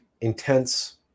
intense